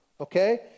okay